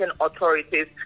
authorities